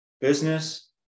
Business